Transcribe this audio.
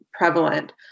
Prevalent